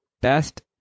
best